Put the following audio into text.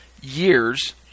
years